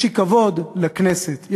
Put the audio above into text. יש לי כבוד לכנסת,